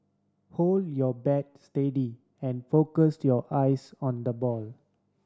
hold your bat steady and focus your eyes on the ball